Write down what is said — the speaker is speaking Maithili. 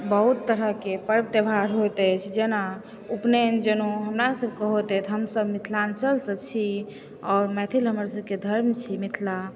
बहुत तरह के पर्व त्योहार होइत अछि जेना उपनैन जनउ हमरा सभकए होइत अछि हमसब मिथिलाञ्चलसँ छी आओर मैथिल हमर सभके धर्म छी मिथिला